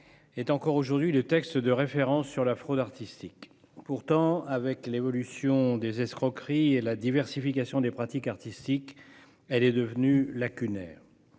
est encore aujourd'hui le texte de référence en matière de fraude artistique. Pourtant, avec l'évolution des escroqueries et la diversification des pratiques artistiques, elle est devenue lacunaire.